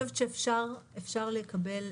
אפשר לקבל